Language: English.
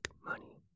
money